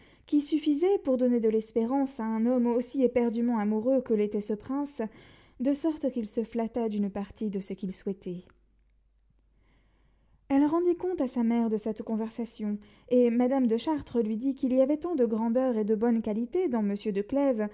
qui suffisait pour donner de l'espérance à un homme aussi éperdument amoureux que l'était ce prince de sorte qu'il se flatta d'une partie de ce qu'il souhaitait elle rendit compte à sa mère de cette conversation et madame de chartres lui dit qu'il y avait tant de grandeur et de bonnes qualités dans monsieur